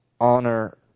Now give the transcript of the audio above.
honor